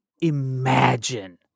imagine